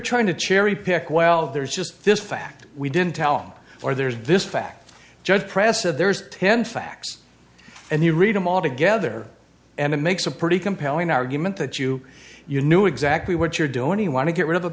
trying to cherry pick well there's just this fact we didn't tell him or there's this fact just press of there's ten facts and you read them all together and it makes a pretty compelling argument that you you knew exactly what you're doing any want to get rid of a